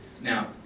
Now